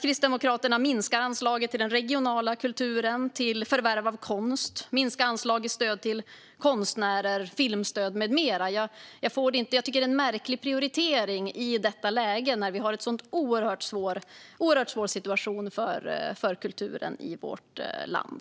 Kristdemokraterna minskar anslaget till den regionala kulturen och till förvärv av konst och minskar anslag i stöd till konstnärer, filmstöd med mera. Jag tycker att det är en märklig prioritering i detta läge när vi har en sådan oerhört svår situation för kulturen i vårt land.